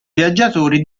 viaggiatori